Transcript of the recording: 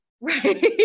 right